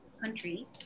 country